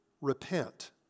repent